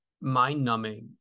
mind-numbing